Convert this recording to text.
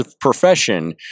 profession